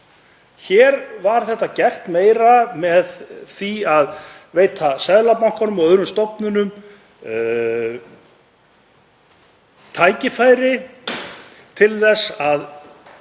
Hér var þetta meira gert með því að veita Seðlabankanum og öðrum stofnunum tækifæri til þess að